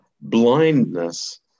blindness